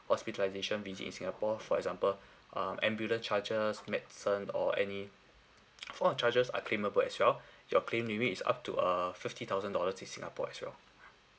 hospitalisation visit in singapore for example um ambulance charges medicine or any of charges are claimable as well your claim limit is up to err fifty thousand dollars in singapore as well